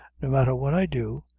no matther what i do,